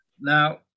Now